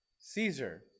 Caesar